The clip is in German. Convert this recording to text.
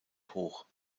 hoch